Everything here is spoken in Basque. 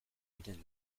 diren